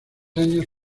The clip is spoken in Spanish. años